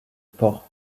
port